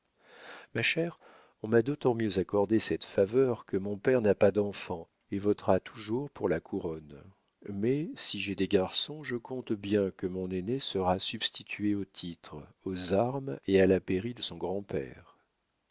ma chère on m'a d'autant mieux accordé cette faveur que mon père n'a pas d'enfants et votera toujours pour la couronne mais si j'ai des garçons je compte bien que mon aîné sera substitué au titre aux armes et à la pairie de son grand-père